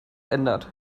ändert